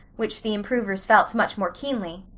which the improvers felt much more keenly.